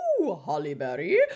Hollyberry